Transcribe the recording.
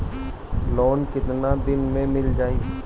Loan कितना दिन में मिल जाई?